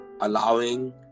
allowing